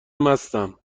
مستم